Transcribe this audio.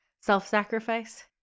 self-sacrifice